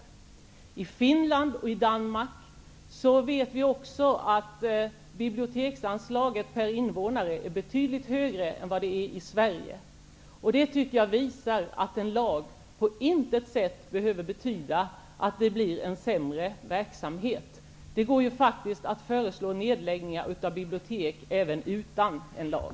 Vi vet att biblioteksanslaget per invånare i Finland och i Danmark är betydligt högre än det är i Sverige. Det tycker jag visar att en lag på intet sätt behöver betyda att det blir en sämre verksamhet. Det går faktiskt att föreslå nedläggningar av bibliotek även utan en lag.